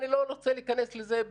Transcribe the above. אני לא רוצה להיכנס לזה,